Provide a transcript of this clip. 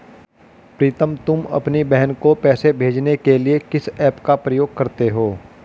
प्रीतम तुम अपनी बहन को पैसे भेजने के लिए किस ऐप का प्रयोग करते हो?